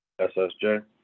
SSJ